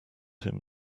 him